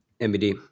MBD